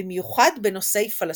במיוחד בנושאי פלסטינים.